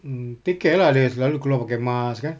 mm take care lah dia selalu keluar pakai mask kan